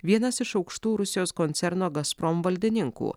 vienas iš aukštų rusijos koncerno gazprom valdininkų